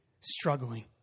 struggling